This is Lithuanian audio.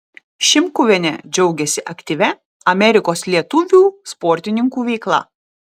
šimkuvienė džiaugiasi aktyvia amerikos lietuvių sportininkų veikla